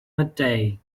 midday